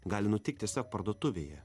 gali nutikt tiesiog parduotuvėje